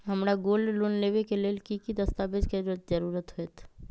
हमरा gold loan लेबे के लेल कि कि दस्ताबेज के जरूरत होयेत?